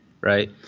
right